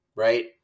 Right